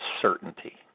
certainty